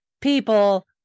people